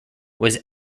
was